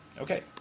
Okay